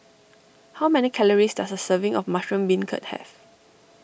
how many calories does a serving of Mushroom Beancurd have